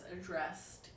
addressed